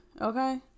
Okay